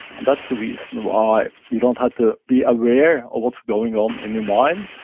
and that's the reason why you don't have to be aware of what's going on in your mind,